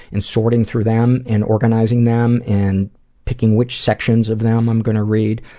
and sorting through them, and organizing them, and picking which sections of them i'm going to read,